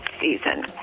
season